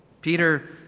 Peter